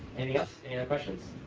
any other questions?